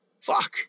Fuck